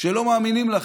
שלא מאמינים לכם.